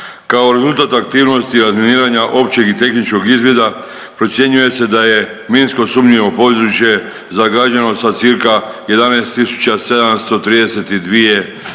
kao rezultat aktivnosti razminiranja općeg i tehničkog izvida procjenjuje se da je minsko sumnjivo područje zagađeno sa cca 11 732